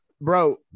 Bro